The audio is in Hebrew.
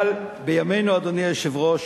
אבל בימינו, אדוני היושב-ראש,